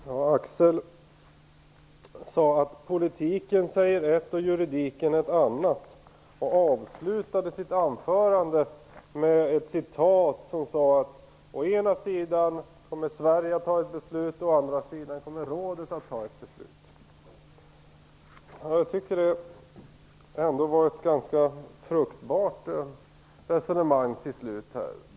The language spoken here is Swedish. Fru talman! Axel Andersson sade: Politiken säger en sak och juridiken en annan. Han avslutade sitt anförande med ett citat som sade: Å ena sidan kommer Sverige att fatta ett beslut, å andra sidan kommer rådet att fatta ett beslut. Jag tycker att det ändå har varit ett ganska fruktbart resonemang till slut.